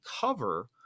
cover